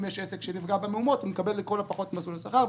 אם יש עסק שנפגע במהומות הוא מקבל לכל הפחות את מסלול השכר.